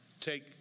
take